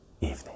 evening